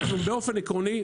באופן עקרוני,